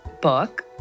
book